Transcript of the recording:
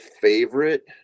favorite